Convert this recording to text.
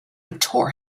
tore